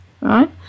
right